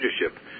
Leadership